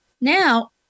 now